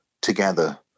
together